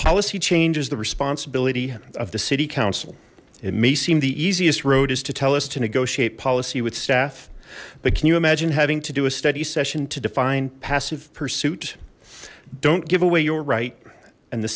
policy change is the responsibility of the city council it may seem the easiest road is to tell us to negotiate policy with staff but can you imagine having to do a study session to define passive pursuit don't give away your right and the